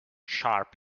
sharp